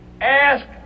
ask